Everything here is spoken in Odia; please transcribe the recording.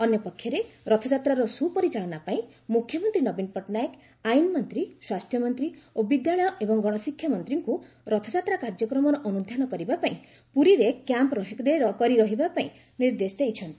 ସେହିପରି ରଥଯାତ୍ରାର ସୁପରିଚାଳନା ପାଇଁ ମୁଖ୍ୟମନ୍ତ୍ରୀ ନୀବନ ପଟ୍ଟନାୟକ ଆଇନ୍ମନ୍ତ୍ରୀ ସ୍ୱାସ୍ଥ୍ୟମନ୍ତ୍ରୀ ଓ ବିଦ୍ୟାଳୟ ଏବଂ ଗଣଶିକ୍ଷା ମନ୍ତ୍ରୀଙ୍କୁ ରଥଯାତ୍ରା କାର୍ଯ୍ୟକ୍ରମର ଅନୁଧ୍ୟାନ କରିବା ପାଇଁ ପୁରୀରେ କ୍ୟାମ୍ପ୍ କରି ରହିବା ପାଇଁ ନିର୍ଦ୍ଦେଶ ଦେଇଛନ୍ତି